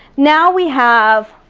now we have,